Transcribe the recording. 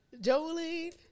Jolene